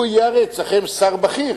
הוא הרי יהיה אצלכם שר בכיר,